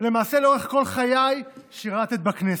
למעשה לאורך כל חיי שירת בכנסת.